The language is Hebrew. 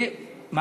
ושרה לעתיד.